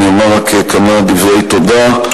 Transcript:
אומר כמה דברי תודה.